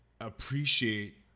appreciate